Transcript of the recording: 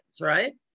Right